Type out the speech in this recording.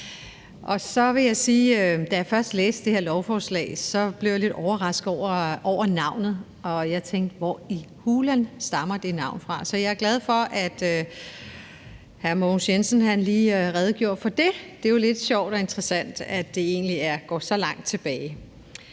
da jeg først læste det her lovforslag, blev jeg lidt overrasket over navnet, og jeg tænkte: Hvor i hulen stammer det navn fra? Så jeg er glad for, at hr. Mogens Jensen lige redegjorde for det, for det er jo lidt sjovt og interessant, at det egentlig går så langt tilbage.